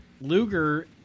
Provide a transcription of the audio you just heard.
Luger